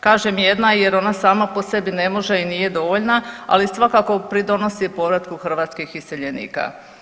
Kažem jedna jer ona sama po sebi ne može i nije dovoljna ali svakako pridonosi povratku hrvatskih iseljenika.